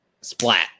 splat